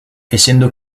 essendo